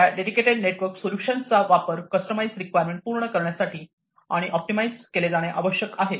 त्या dedicated network सोल्यूशन्सचा वापर कस्टमाईज रिक्वायरमेंट पूर्ण करण्यासाठी आणि ऑप्टिमाइझ केले जाणे आवश्यक आहे